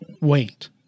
wait